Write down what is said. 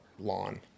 lawn